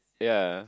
ya